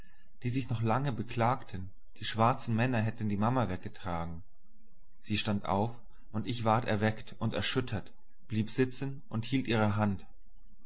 die sich noch lange beklagten die schwarzen männer hätten die mama weggetragen sie stand auf und ich ward erweckt und erschüttert blieb sitzen und hielt ihre hand